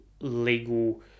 legal